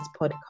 podcast